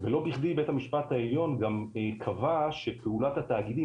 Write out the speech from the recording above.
ולא בכדי בית המשפט העליון גם קבע שפעולת התאגידים